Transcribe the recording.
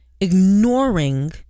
ignoring